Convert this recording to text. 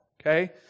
okay